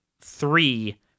three